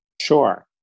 Sure